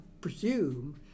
presume